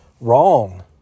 Wrong